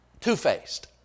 two-faced